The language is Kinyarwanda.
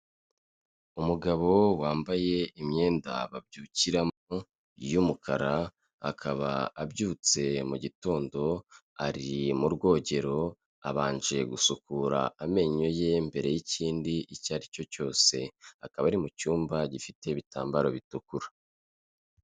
Umugabo wambaye imyenda babyukiramo y'umukara, akaba abyutse mu gitondo, ari mu rwogero, abanje gusukura amenyo ye mbere y'ikindi icyo aricyo cyose. Akaba ari mu cyumba gifite ibitambaro bitukura.